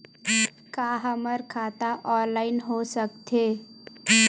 का हमर खाता ऑनलाइन हो सकथे?